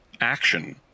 action